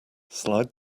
slide